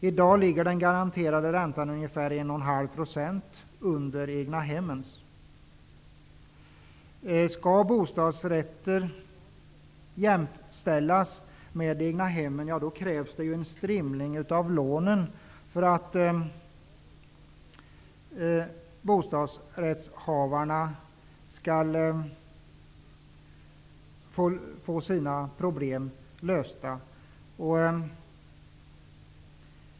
I dag ligger den garanterade räntan ungefär 1 1/2 procent under den ränta som gäller för egnahem. Om bostadsrätter skall jämställas med egnahem krävs det en strimling av lånen för att bostadsrättshavarna skall få sina problem lösta.